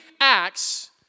Acts